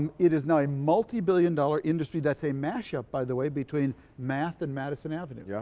um it is now a multi-billion dollar industry that's a mash-up by the way between math and madison avenue. yeah